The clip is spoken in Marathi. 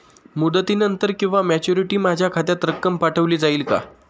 मुदतीनंतर किंवा मॅच्युरिटी माझ्या खात्यात रक्कम पाठवली जाईल का?